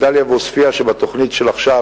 מדאליה ועוספיא שבתוכנית של עכשיו,